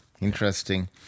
Interesting